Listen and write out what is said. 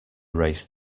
race